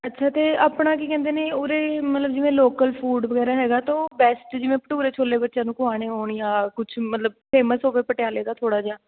ਅੱਛਾ ਅਤੇ ਆਪਣਾ ਕੀ ਕਹਿੰਦੇ ਨੇ ਉਰੇ ਮਤਲਬ ਜਿਵੇਂ ਲੋਕਲ ਫੂਡ ਵਗੈਰਾ ਹੈਗਾ ਤਾਂ ਉਹ ਬੈਸਟ ਜਿਵੇਂ ਭਟੂਰੇ ਛੋਲੇ ਬੱਚਿਆਂ ਨੂੰ ਖੁਆਉਣੇ ਹੋਣ ਜਾਂ ਕੁਛ ਮਤਲਬ ਫੇਮਸ ਹੋਵੇ ਪਟਿਆਲੇ ਦਾ ਥੋੜ੍ਹਾ ਜਿਹਾ